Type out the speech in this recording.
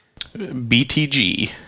BTG